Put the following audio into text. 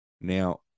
Now